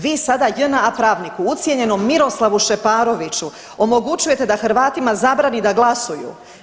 Vi sada JNA pravniku ucijenjenom Miroslavu Šeparoviću omogućujete da Hrvatima zabrani da glasuju.